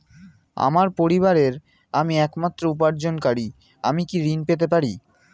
আমার পরিবারের আমি একমাত্র উপার্জনকারী আমি কি ঋণ পেতে পারি?